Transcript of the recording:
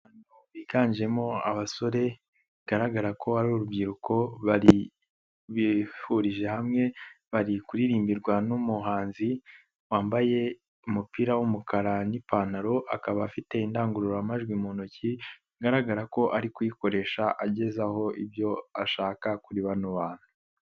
Biganjemo abasore bigaragara ko ari urubyiruko bari hamwe bari kuririmbirwa n'umuhanzi wambaye umupira w'umukara n'ipantaro, akaba afite indangururamajwi mu ntoki bigaragara ko ari kuyikoresha agezaho ibyo ashaka kuri bano bantu.